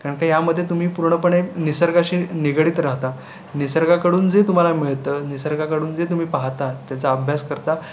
कारण का यामध्ये तुम्ही पूर्णपणे निसर्गाशी निगडित राहता निसर्गाकडून जे तुम्हाला मिळतं निसर्गाकडून जे तुम्ही पाहता त्याचा अभ्यास करता